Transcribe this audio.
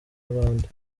bande